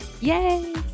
Yay